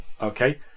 Okay